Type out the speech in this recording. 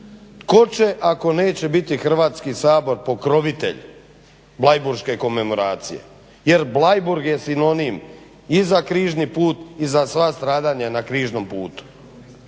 Tko će ako neće biti Hrvatski sabor pokrovitelj Bleiburške komemoracije? Jer Bleiburg je sinonim i za križni put i za sva stradanja na križnom putu.